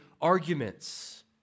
arguments